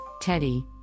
Teddy